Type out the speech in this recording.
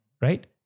right